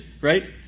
right